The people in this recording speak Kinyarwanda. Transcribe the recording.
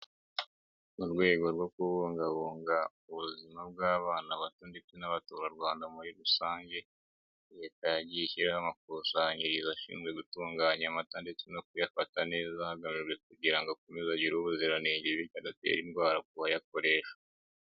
Mu rwego rwo kubungabunga ubuzima bw'abana bato ndetse n'abaturarwanda muri rusange, Leta yagiye ishyiraho amakusanyirizo ashinzwe gutunganya amata ndetse no kuyafata neza hagamijwe kugira ngo akomeze agire ubuziranenge bityo adatera indwara ku bayakoresha.